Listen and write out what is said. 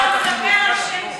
נתמודד עם תרבות השיימינג.